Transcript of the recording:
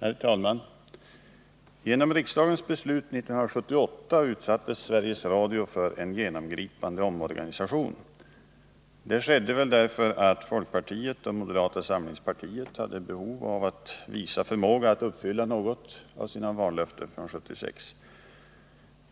Herr talman! Genom riksdagens beslut 1978 utsattes Sveriges Radio för en Torsdagen den genomgripande omorganisation. Det skedde antagligen därför att folkpartiet 13 mars 1980 och moderata samlingspartiet hade behov av att visa att de kunde uppfylla något av sina vallöften från 1976.